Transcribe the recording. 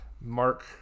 Mark